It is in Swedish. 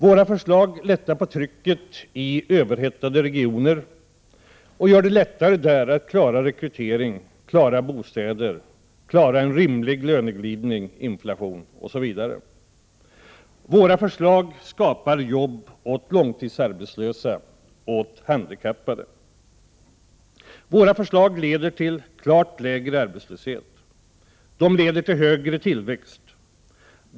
Våra förslag lättar på trycket i överhettade regioner och gör det lättare att där klara rekrytering, få fram bostäder, klara en rimlig löneglidning, inflation osv. Våra förslag skapar jobb åt långtidsarbetslösa och åt handikappade. Våra förslag leder till klart lägre arbetslöshet och till högre tillväxt.